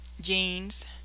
jeans